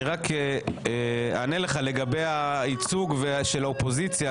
אני רק אענה לך לגבי הייצוג של האופוזיציה.